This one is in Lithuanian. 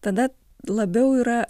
tada labiau yra